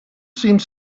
seemed